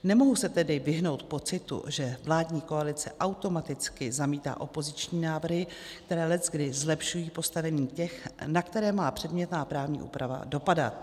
Nemohu se tedy vyhnout pocitu, že vládní koalice automaticky zamítá opoziční návrhy, které leckdy zlepšují postavení těch, na které má předmětná právní úprava dopadat.